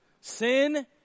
Sin